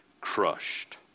crushed